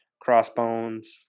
crossbones